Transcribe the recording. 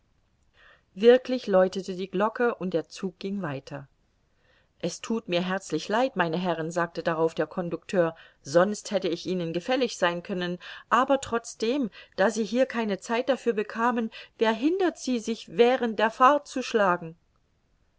wirklich läutete die glocke und der zug ging weiter es thut mir herzlich leid meine herren sagte darauf der conducteur sonst hätte ich ihnen gefällig sein können aber trotzdem da sie hier keine zeit dafür bekamen wer hindert sie sich während der fahrt zu schlagen